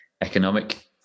economic